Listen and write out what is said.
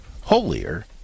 holier